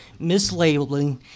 mislabeling